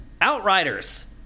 Outriders